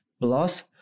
Plus